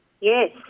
Yes